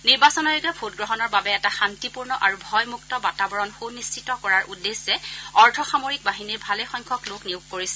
নিৰ্বাচন আয়োগে ভোটগ্ৰহণৰ বাবে এটা শান্তিপূৰ্ণ আৰু ভয়মুক্ত বাতাবৰণ সুনিশ্চিত কৰাৰ উদ্দেশ্যে অৰ্ধসামৰিক বাহিনীৰ ভালেসংখ্যক লোক নিয়োগ কৰিছে